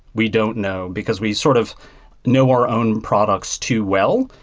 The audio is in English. we don't know, because we sort of know our own products too well.